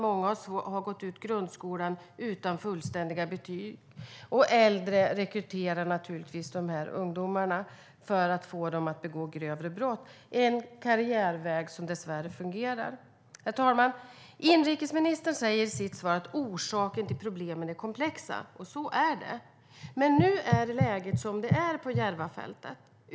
Många har gått ut grundskolan utan fullständiga betyg, och äldre rekryterar naturligtvis dessa ungdomar för att få dem att begå grövre brott - en karriärväg som dessvärre fungerar. Herr talman! Inrikesministern säger i sitt svar att orsakerna till problemen är komplexa. Så är det. Men nu är läget som det är på Järvafältet.